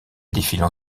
défilent